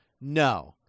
No